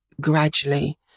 gradually